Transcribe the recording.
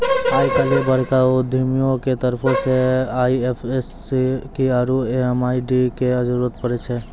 आइ काल्हि बड़का उद्यमियो के तरफो से आई.एफ.एस.सी आरु एम.एम.आई.डी के जरुरत पड़ै छै